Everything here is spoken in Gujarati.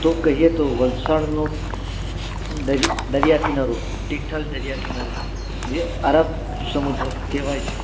તો કહીએ તો વલસાડનો દર દરિયા કિનારો તિથલ દરિયા કિનારો જે અરબ સમુદ્ર કહેવાય છે